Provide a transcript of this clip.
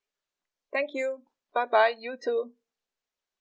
thank you bye bye you too